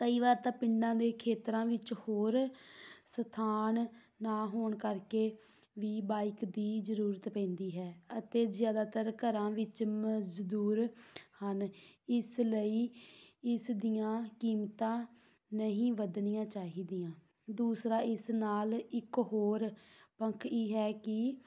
ਕਈ ਵਾਰ ਤਾਂ ਪਿੰਡਾਂ ਦੇ ਖੇਤਰਾਂ ਵਿੱਚ ਹੋਰ ਸਥਾਨ ਨਾ ਹੋਣ ਕਰਕੇ ਵੀ ਬਾਈਕ ਦੀ ਜ਼ਰੂਰਤ ਪੈਂਦੀ ਹੈ ਅਤੇ ਜ਼ਿਆਦਾਤਰ ਘਰਾਂ ਵਿੱਚ ਮਜ਼ਦੂਰ ਹਨ ਇਸ ਲਈ ਇਸ ਦੀਆਂ ਕੀਮਤਾਂ ਨਹੀਂ ਵਧਣੀਆਂ ਚਾਹੀਦੀਆਂ ਦੂਸਰਾ ਇਸ ਨਾਲ ਇੱਕ ਹੋਰ ਹੀ ਹੈ ਕੀ